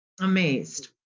amazed